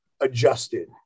adjusted